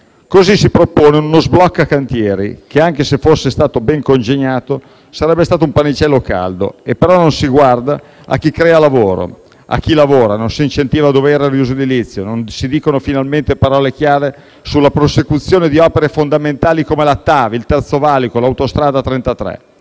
Si propone così uno sblocca cantieri che, anche se fosse stato ben congegnato, sarebbe stato un pannicello caldo. Non si guarda però a chi crea lavoro e a chi lavora, non si incentiva a dovere il riuso edilizio, non si dicono finalmente parole chiare sulla prosecuzione di opere fondamentali come il TAV, il Terzo valico o l'Autostrada 33.